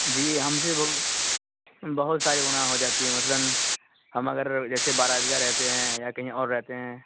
جی ہم سے بہت سارے گناہ ہو جاتی ہے مثلاً ہم اگر جیسے بارا عید گاہ رہتے ہیں یا کہیں اور رہتے ہیں